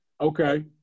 Okay